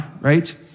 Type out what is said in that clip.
right